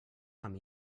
amb